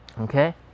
Okay